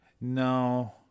No